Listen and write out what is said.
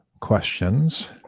questions